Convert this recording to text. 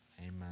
Amen